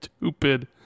stupid